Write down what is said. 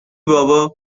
بابا